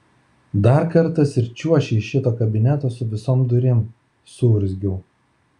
dar kartas ir čiuoši iš šito kabineto su visom durim suurzgiau